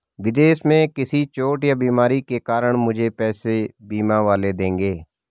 विदेश में किसी चोट या बीमारी के कारण मुझे पैसे बीमा वाले देंगे